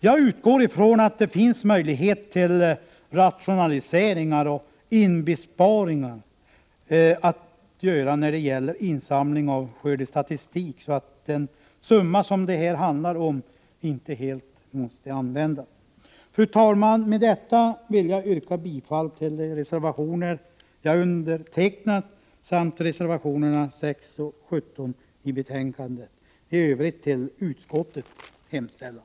Jag utgår ifrån att det finns möjlighet till rationaliseringar och inbesparingar när det gäller insamling av skördestatistik så att den summa som det här handlar om inte helt måste användas. Fru talman! Med detta vill jag yrka bifall till de reservationer som jag undertecknat samt bifall till reservationerna 6 och 17 i betänkandet, och i Övrigt yrkar jag bifall till utskottets hemställan.